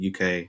uk